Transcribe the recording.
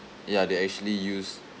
ya they actually use